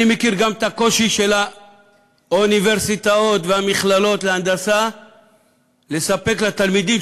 אני מכיר גם את הקושי של האוניברסיטאות והמכללות להנדסה לספק לתלמידים,